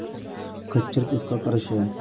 खच्चर किसका क्रास है?